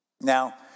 Now